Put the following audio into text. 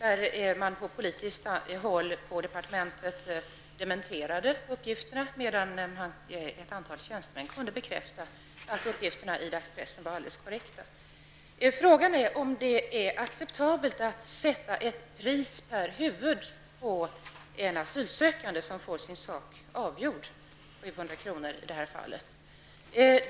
Från politiskt håll i departementet dementerades uppgifterna, medan ett antal tjänstemän kunde bekräfta att uppgifterna i dagspressen var alldeles korrekta. Frågan är om det är acceptabelt att sätta ett pris per huvud för en asylsökande som får sin sak avgjord -- i det här fallet 700 kr.